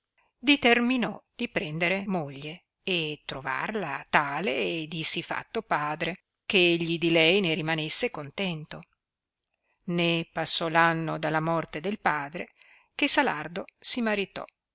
occorrevano diterminò di prendere moglie e trovarla tale e di sì fatto padre che egli di lei ne rimanesse contento né passò l'anno dalla morte del padre che salardo si maritò